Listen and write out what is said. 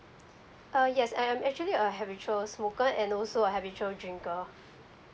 uh yes I am actually a habitual smoker and also a habitual drinker